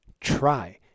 try